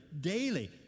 daily